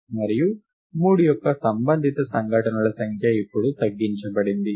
మరియు 3 యొక్క సంబంధిత సంఘటనల సంఖ్య ఇప్పుడు తగ్గించబడింది